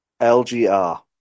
LGR